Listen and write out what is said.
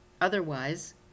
Otherwise